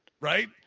Right